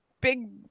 big